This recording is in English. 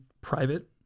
private